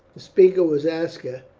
the speaker was aska,